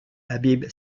habib